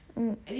mm